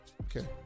Okay